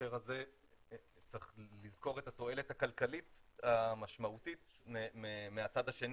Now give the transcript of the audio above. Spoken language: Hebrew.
בהקשר הזה צריך לזכור את התועלת הכלכלית המשמעותית מהצד השני.